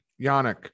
Yannick